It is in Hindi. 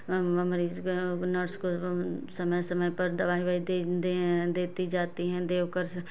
मरीज को नर्स को समय समय पर दवाई उवाई दे दे देती जाती है देकर